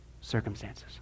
circumstances